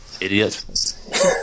Idiot